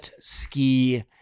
ski